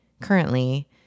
currently